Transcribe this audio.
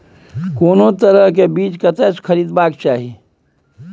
कोनो तरह के बीज कतय स खरीदबाक चाही?